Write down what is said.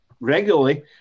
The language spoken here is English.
regularly